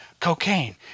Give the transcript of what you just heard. cocaine